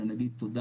אלא נגיד 'תודה,